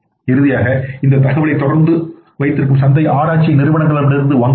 இறுதியாக இந்த தகவலை தொடர்ந்து வைத்திருக்கும் சந்தை ஆராய்ச்சி நிறுவனங்களிடமிருந்து வாங்குகிறார்கள்